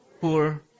poor